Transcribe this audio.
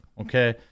okay